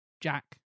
Jack